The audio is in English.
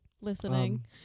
Listening